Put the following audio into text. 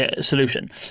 solution